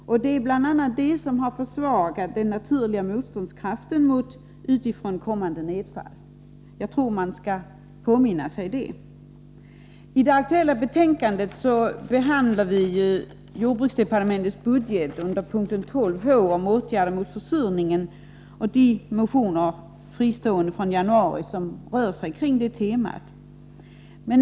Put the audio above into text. Det är bl.a. detta som har försvagat den naturliga motståndskraften mot utifrån kommande nedfall. Jag tror att man skall påminna sig det. I det aktuella betänkandet behandlar vi jordbruksdepartementets budget under punkt H 12 Åtgärder mot försurningen och de fristående motioner från i januari som rör sig kring detta tema.